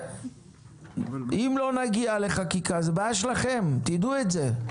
אם לא נגיע לחקיקה זו בעיה שלכם, תדעו את זה.